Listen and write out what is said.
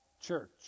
Church